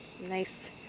Nice